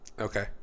Okay